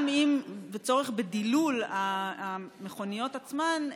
גם עם הצורך בדילול המכוניות עצמן,